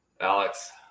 Alex